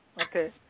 Okay